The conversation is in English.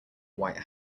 white